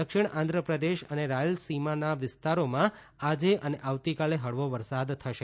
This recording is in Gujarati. દક્ષિણ આંધ્રપ્રદેશ અને રાયલસીના વિસ્તારોમાં આજે અને આવતીકાલે હળવો વરસાદ થશે